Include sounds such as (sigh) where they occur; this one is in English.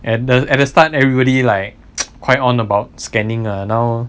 at the at the start everybody like (noise) quite on about scanning ah now